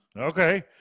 Okay